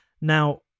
now